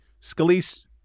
Scalise